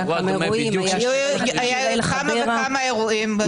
היו כמה וכמה אירועים.